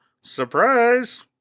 Surprise